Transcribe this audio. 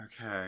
Okay